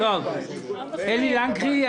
אלי לנקרי,